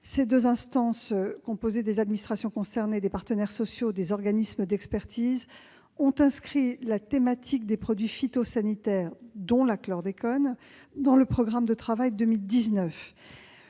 Ces deux instances, composées des administrations concernées, des partenaires sociaux et des organismes d'expertise, ont inscrit la thématique des produits phytosanitaires, dont le chlordécone, dans le programme de travail pour